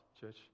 church